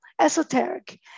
esoteric